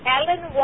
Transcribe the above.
Ellen